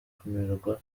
akemererwa